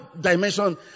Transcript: dimension